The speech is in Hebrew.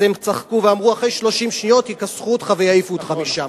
אז הם צחקו ואמרו: אחרי 30 שניות יכסחו אותך ויעיפו אותך משם.